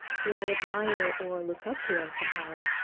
do i admire or look up to them somehow?